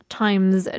times